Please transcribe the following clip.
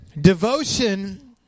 Devotion